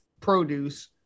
produce